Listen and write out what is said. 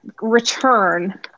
return